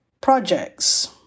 projects